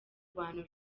bantu